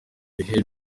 bihe